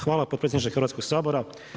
Hvala potpredsjedniče Hrvatskoga sabora.